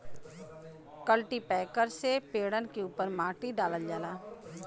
cultipacker से पेड़न के उपर माटी डालल जाला